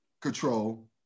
control